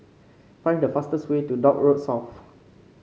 find the fastest way to Dock Road South